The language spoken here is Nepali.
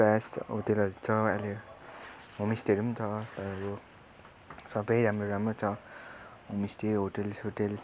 प्रायः जस्तो होटलहरू छ अहिले होमस्टेहरू पनि छ तपाईँको सबै राम्रो राम्रो छ होमस्टे होटल सोटेल